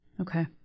Okay